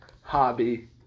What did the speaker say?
hobby